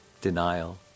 denial